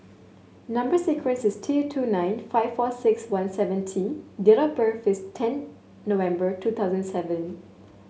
number sequence is T two nine five four six one seven T date of birth is ten November two thousand seven